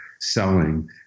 selling